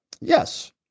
Yes